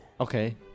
Okay